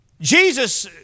Jesus